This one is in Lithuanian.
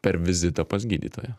per vizitą pas gydytoją